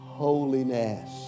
holiness